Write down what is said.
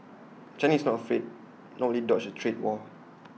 China is not afraid nor IT dodge A trade war